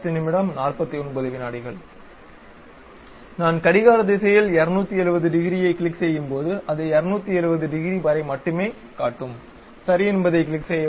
நான் கடிகார திசையில் 270 டிகிரியைக் கிளிக் செய்யும் போது அது 270 டிகிரி வரை மட்டுமே காட்டும் சரி என்பதைக் கிளிக் செய்யவும்